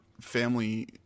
family